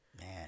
Man